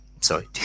Sorry